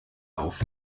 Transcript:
auf